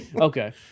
Okay